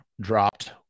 dropped